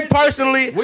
personally